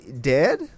dead